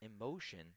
emotion